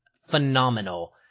phenomenal